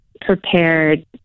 prepared